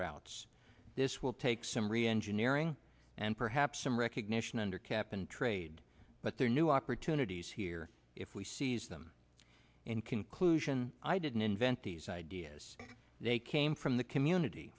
routes this will take some reengineering and perhaps some recognition under cap and trade but there are new opportunities here if we seize them in conclusion i didn't vent these ideas they came from the community